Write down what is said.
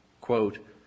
quote